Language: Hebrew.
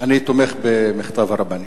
אני תומך במכתב הרבנים,